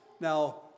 Now